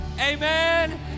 amen